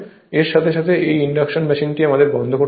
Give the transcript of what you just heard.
এর সাথে সাথে এই ইন্ডাকশন মেশিনটি আমাদের বন্ধ করতে হবে